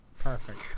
perfect